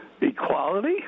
equality